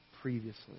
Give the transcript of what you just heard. previously